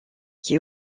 qui